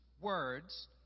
words